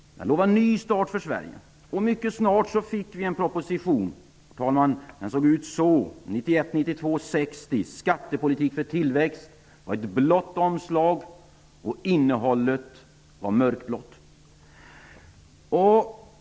Man lovade en ny start för Sverige. Mycket snart lade regeringen fram en proposition, 1991/92:60 Skattepolitik för tillväxt. Propositionen hade ett blått omslag, och innehållet var mörkblått.